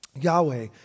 Yahweh